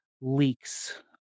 leaks